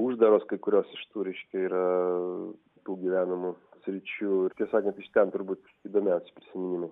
uždaros kai kurios iš tų reiškia yra tų gyvenamų sričių ir tiesą sakant iš ten turbūt įdomiausi prisiminimai